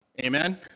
Amen